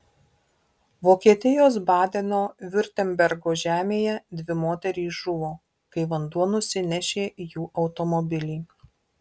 vokietijos badeno viurtembergo žemėje dvi moterys žuvo kai vanduo nusinešė jų automobilį